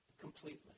completely